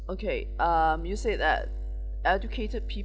okay um you said that educated